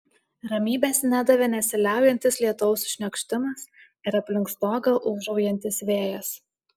ramybės nedavė nesiliaujantis lietaus šniokštimas ir aplink stogą ūžaujantis vėjas